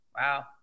Wow